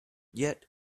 yet